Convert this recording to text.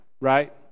right